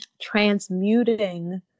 transmuting